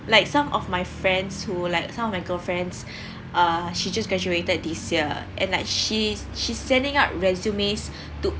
like some of my friends who like some of my girlfriend's uh she just graduated this year and like she's she's sending out resumes to